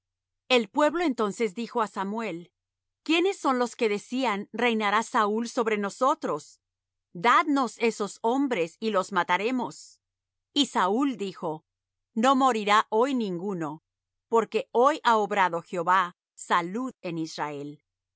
el pueblo entonces dijo á samuel quiénes son lo que decían reinará saúl sobre nosotros dad nos esos hombres y los mataremos y saúl dijo no morirá hoy ninguno porque hoy ha obrado jehová salud en israel